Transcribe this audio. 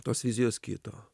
tos vizijos kito